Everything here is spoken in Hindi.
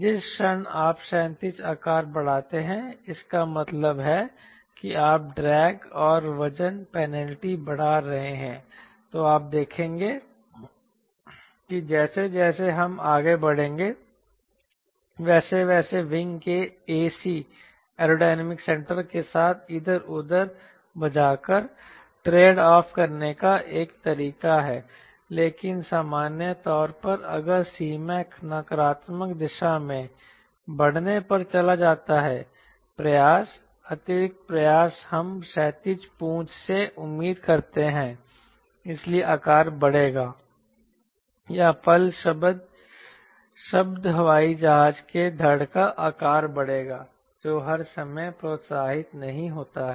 जिस क्षण आप क्षैतिज आकार बढ़ाते हैं इसका मतलब है कि आप ड्रैग और वजन पेनल्टी बढ़ा रहे हैं तो आप देखेंगे कि जैसे जैसे हम आगे बढ़ेंगे वैसे वैसे विंग के ac के साथ इधर उधर बजाकर ट्रेड ऑफ करने का एक तरीका है लेकिन सामान्य तौर पर अगर Cmac नकारात्मक दिशा में बढ़ने पर चला जाता है प्रयास अतिरिक्त प्रयास हम क्षैतिज पूंछ से उम्मीद करते हैं इसलिए आकार बढ़ेगा या पल शब्द हवाई जहाज के धड़ का आकार बढ़ेगा जो हर समय प्रोत्साहित नहीं होता है